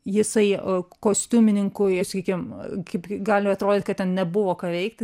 jisai kostiumininkui sakykim kaip gali atrodyt kad ten nebuvo ką veikt